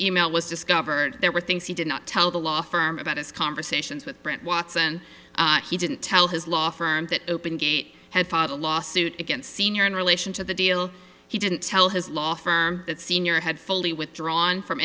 e mail was discovered there were things he did not tell the law firm about his conversations with brant watson he didn't tell his law firm that open gate had filed a lawsuit against sr in relation to the deal he didn't tell his law firm that senior had fully withdrawn from